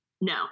No